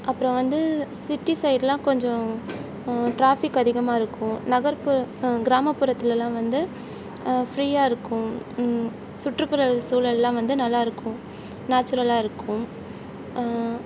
அப்புறோம் வந்து சிட்டி சைடுலாம் கொஞ்சம் டிராஃபிக் அதிகமாக இருக்கும் நகர்ப்பு கிராமப்புறத்துலெலாம் வந்து ஃப்ரீயாக இருக்கும் சுற்றுப்புற சூழலெலாம் வந்து நல்லாயிருக்கும் நேச்சுரலாக இருக்கும்